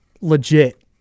legit